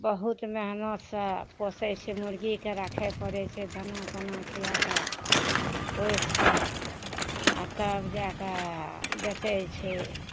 बहुत मेहनतसँ पोसय छै मुर्गीके राखय पड़य छै दाना तना खिआ कऽ पोइस कऽ आओर तब जाकऽ बेचय छै